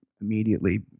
immediately